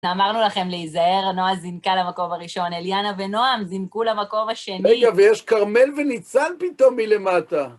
אמרנו לכם להיזהר, נועה זינקה למקום הראשון, אליאנה ונועם זינקו למקום השני. רגע, ויש כרמל וניצן פתאום מלמטה.